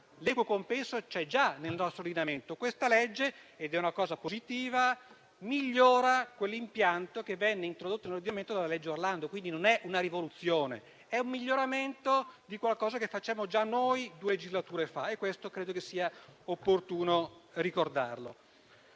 L'equo compenso c'è già nel nostro ordinamento. Questo disegno di legge - ed è una cosa positiva - migliora l'impianto introdotto nell'ordinamento della legge Orlando. Non si tratta di una rivoluzione, ma del miglioramento di qualcosa che facemmo già noi due legislature fa. Questo credo sia opportuno ricordarlo.